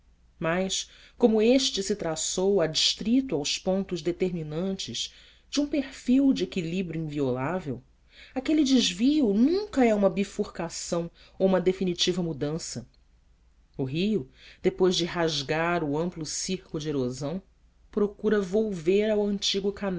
mas como este se traçou adscrito aos pontos determinantes de um perfil de equilíbrio inviolável aquele desvio nunca é uma bifurcação ou definitiva mudança o rio depois de rasgar o amplo circo de erosão procura volver ao antigo